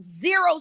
zero